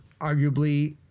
arguably